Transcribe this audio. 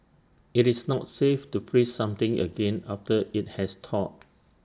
IT is not safe to freeze something again after IT has thawed